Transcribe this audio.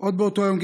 עוד באותו היום,